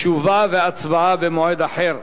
תשובה והצבעה במועד אחר.